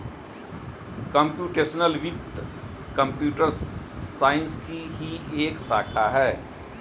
computational वित्त computer science की ही एक शाखा है